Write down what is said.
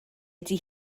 ydy